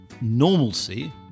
normalcy